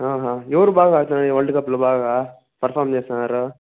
ఎవరు బాగా ఆడుతున్నారు ఈ వరల్డ్ కప్లో బాగా పర్ఫార్మ్ చేస్తున్నారు